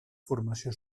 formació